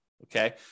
Okay